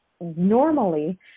normally